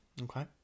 Okay